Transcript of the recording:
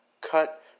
cut